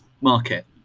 market